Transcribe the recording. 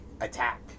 attack